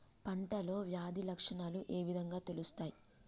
పంటలో వ్యాధి లక్షణాలు ఏ విధంగా తెలుస్తయి?